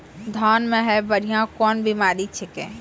धान म है बुढ़िया कोन बिमारी छेकै?